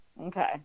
Okay